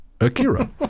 Akira